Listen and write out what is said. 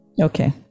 Okay